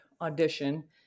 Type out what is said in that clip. audition